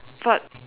but